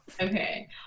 Okay